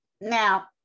Now